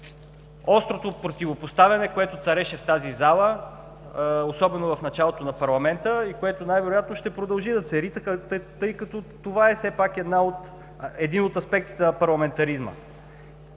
острото противопоставяне, което цареше в тази зала, особено в началото на парламента и което най-вероятно ще продължи да цари, тъй като това е все пак един от аспектите на парламентаризма.